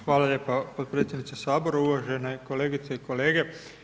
Hvala lijepo potpredsjedniče Sabora, uvažene kolegice i kolege.